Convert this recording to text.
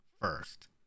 first